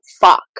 fuck